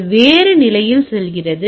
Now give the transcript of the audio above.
அது வேறு நிலையில் செல்கிறது